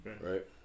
right